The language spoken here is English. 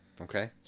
Okay